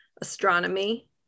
astronomy